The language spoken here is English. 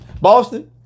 Boston